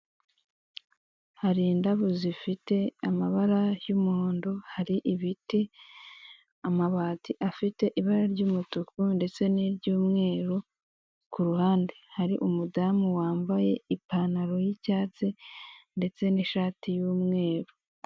Hari indabo zifite amabara y'umuhondo, hari ibiti, amabati afite ibara ry'umutuku ndetse n'iry'umweru, ku ruhande hari umudamu wambaye ipantaro y'icyatsi ndetse n'ishati y'umweru.